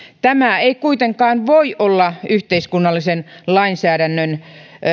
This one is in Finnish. tämä ei kuitenkaan voi olla yhteiskunnallisen lainsäädännön